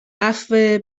عفو